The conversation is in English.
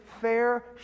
fair